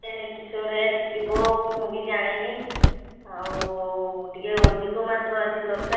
ସେ କିସ ରେଟ୍ ଥିବ ମୁଁ ବି ଜାଣିନି ଆଉ ଟିକିଏ ଅଧିକ ମାଛ ଆଜି ଦରକାର